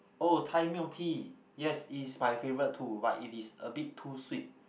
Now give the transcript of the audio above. oh Thai milk tea yes is my favourite too but it is a bit too sweet